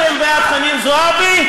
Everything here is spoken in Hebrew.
אתם בעד חנין זועבי,